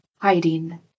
hiding